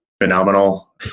phenomenal